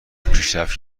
پیشرفت